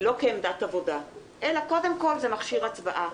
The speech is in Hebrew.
לא כעמדת עבודה, אלא קודם כול זה מכשיר הצבעה.